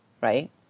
right